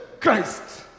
Christ